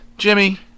Jimmy